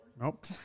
Nope